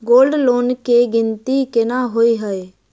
Gold loan केँ गिनती केना होइ हय?